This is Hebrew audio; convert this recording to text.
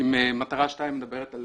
אם מטרת שתיים מדברת על